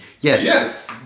Yes